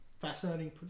fascinating